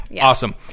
Awesome